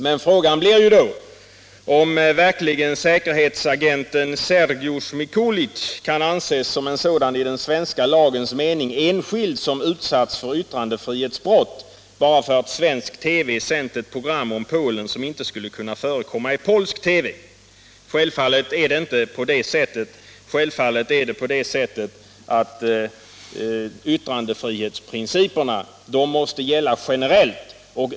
Men frågan blir då om verkligen säkerhetsagenten Sergiusc Mikulisc kan anses som en sådan i den svenska lagens mening enskild som utsatts för yttråndefrihetsbrott bara för att svensk TV sänt ett program om Polen som inte skulle kunna förekomma i polsk TV. Självfallet är det inte på det sättet. Självfallet måste yttrandefrihetsprinciperna gälla generellt.